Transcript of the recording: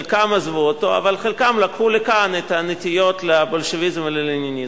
חלקם עזבו אותו אבל חלקם לקחו לכאן את הנטיות לבולשביזם וללניניזם.